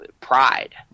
pride